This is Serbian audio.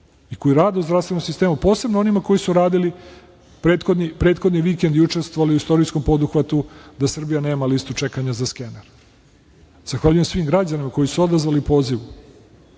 i koji rade u zdravstvenom sistemu, posebno onima koji su radili prethodni vikend i učestvovali u istorijskom poduhvatu da Srbija nema listu čekanja za skener. Zahvaljujem svim građanima koji su se odazvali pozivu.